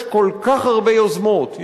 יש כל כך הרבה יוזמות,